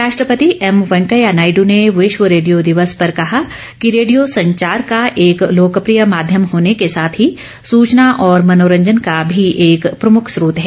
उपराष्ट्रपति एम वेंकैया नायडू ने विश्व रेडियो दिवस पर कहा कि रेडियो संचार का एक लोकप्रिय माध्यम होने के साथ ही सुचना और मनोरंजन का भी एक प्रमुख स्रोत है